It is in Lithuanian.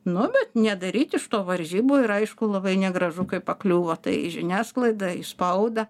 nu bet nedaryt iš to varžybų yra aišku labai negražu kai pakliūva tai į žiniasklaidą į spaudą